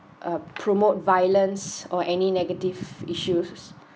uh promote violence or any negative issues